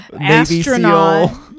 astronaut